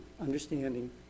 understanding